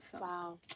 Wow